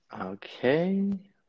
Okay